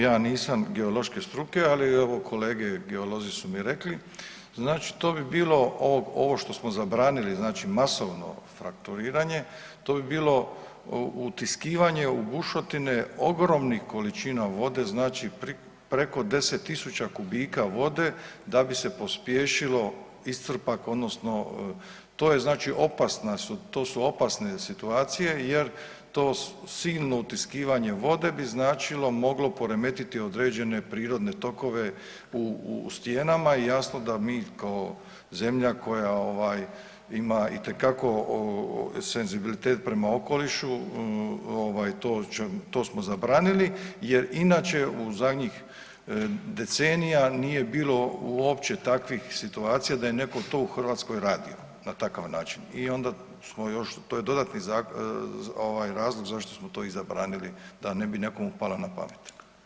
Ja nisam geološke struke, ali evo kolege i biolozi su mi rekli, znači to bi bilo ovo što smo zabranili, znači masovno frakturiranje to bi bilo utiskivanje u bušotine ogromnih količina vode, znači preko 10.000 kubika vode da bi se pospješilo iscrpak odnosno to je znači opasna su, to su opasne situacije jer to silno utiskivanje vode bi značilo moglo poremetiti određene prirodne tokove u, u stijenama i jasno da mi kao zemlja koja ovaj ima itekako senzibilitet prema okolišu ovaj to, to smo zabranili jer inače u zadnjih decenija nije bilo uopće takvih situacija da je neko to u Hrvatskoj radio na takav način i onda smo još, to je dodatni ovaj razlog zašto smo to i zabranili da ne bi nekome palo na pamet.